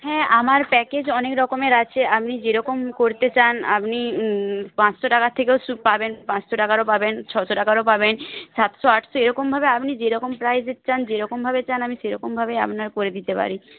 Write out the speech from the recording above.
হ্যাঁ আমার প্যাকেজ অনেক রকমের আছে আপনি যেরকম করতে চান আপনি পাঁচশো টাকা থেকেও পাবেন পাঁচশো টাকারও পাবেন ছয়শো টাকারও পাবেন সাতশো আটশো এরকমভাবে আপনি যেরকম প্রাইসের চান যেরকম ভাবে চান আমি সেরকম ভাবেই আপনার করে দিতে পারি